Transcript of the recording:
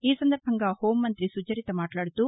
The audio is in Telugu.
ఈ సందర్భంగా హెూం మంత్రి సుచరిత మాట్లాదుతూ